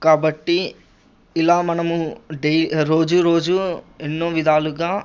కాబట్టి ఇలా మనము డై రోజురోజూ ఎన్నో విధాలుగా